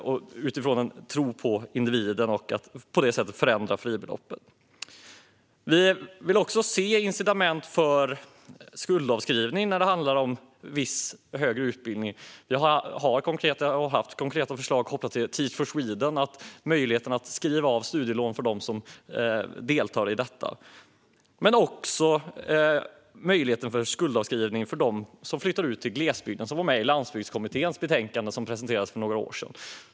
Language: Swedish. Det handlar om att ha en tro på individen, och på det här sättet kan man förändra fribeloppet. Vi vill också se incitament avseende skuldavskrivning när det handlar om viss högre utbildning. Vi har konkreta förslag gällande Teach for Sweden och möjligheten att skriva av studielånen för dem som deltar där. Vi har också förslag om skuldavskrivning för dem som flyttar ut till glesbygden. Det var med i Landsbygdskommitténs betänkande som presenterades för några år sedan.